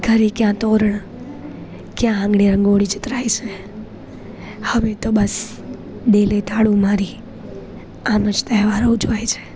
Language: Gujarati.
ઘરે ક્યાં તોરણ ક્યાં આંગણે રંગોળી ચિત્રાય છે હવે તો બસ દિલે તાળું મારી આમ જ તહેવારો ઉજવાય છે